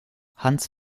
hans